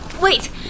Wait